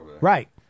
Right